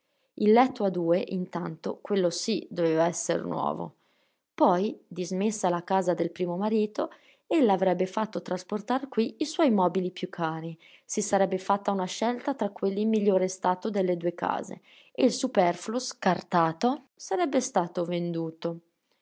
il letto a due intanto quello sì doveva esser nuovo poi dismessa la casa del primo marito ella avrebbe fatto trasportar qui i suoi mobili più cari si sarebbe fatta una scelta tra quelli in migliore stato delle due case e il superfluo scartato sarebbe stato venduto